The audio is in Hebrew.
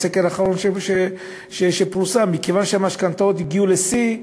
בסקר האחרון שפורסם: מכיוון שהמשכנתאות הגיעו לשיא,